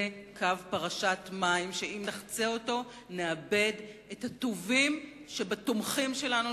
זה קו פרשת מים שאם נחצה אותו נאבד את הטובים שבתומכים שלנו,